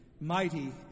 mighty